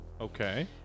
Okay